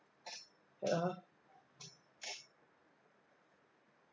wait ah